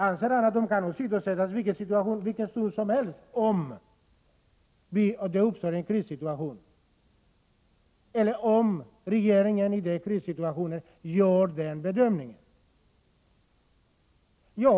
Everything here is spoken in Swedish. Anser han att de kan åsidosättas i vilken stund som helst, om det uppstår en krissituation eller om regeringen i den krissituationen gör den bedömningen?